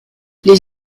les